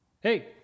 Hey